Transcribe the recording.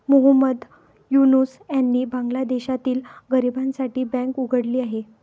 मोहम्मद युनूस यांनी बांगलादेशातील गरिबांसाठी बँक उघडली आहे